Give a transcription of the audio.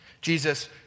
Jesus